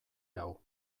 hau